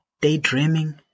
daydreaming